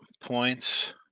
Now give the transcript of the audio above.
points